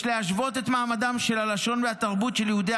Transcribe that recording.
יש להשוות את מעמדן של הלשון והתרבות של יהודי